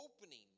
opening